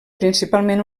principalment